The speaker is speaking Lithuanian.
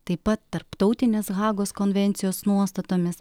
taip pat tarptautinės hagos konvencijos nuostatomis